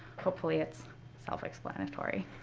hopefully, it's self-explanatory.